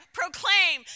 proclaim